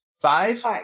five